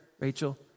Rachel